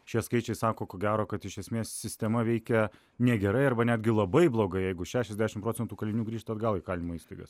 šie skaičiai sako ko gero kad iš esmės sistema veikia negerai arba netgi labai blogai jeigu šešiasdešim procentų kalinių grįžta atgal įkalinimo įstaigas